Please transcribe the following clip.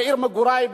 לעיר מגורי,